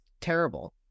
terrible